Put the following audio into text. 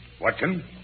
Watson